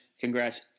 Congrats